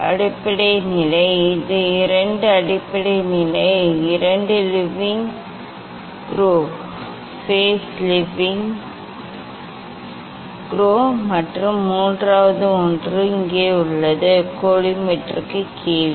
அடிப்படை நிலை இது இரண்டு அடிப்படை நிலை இரண்டு levelling screw base levelling screw மற்றும் மூன்றாவது ஒன்று இங்கே உள்ளது கோலிமேட்டருக்கு கீழே